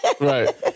Right